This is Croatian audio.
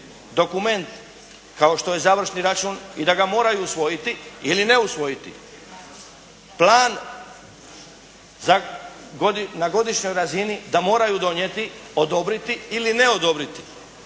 dokument kao što je završni račun i da ga moraju usvojiti ili ne usvojiti. Plan na godišnjoj razini da moraju donijeti, odobriti ili ne odobriti,